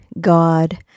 God